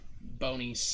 bony